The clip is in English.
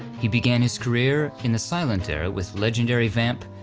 he began his career in the silent era with legendary vamp,